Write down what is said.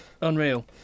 Unreal